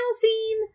scene